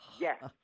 Yes